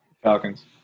Falcons